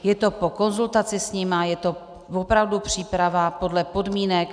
Je to po konzultaci s nimi, je to opravdu příprava podle podmínek.